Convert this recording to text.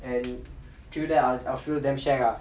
and through that I'll feel damn shag ah